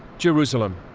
jerusalem.